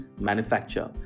manufacture